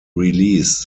release